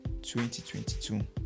2022